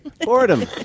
Boredom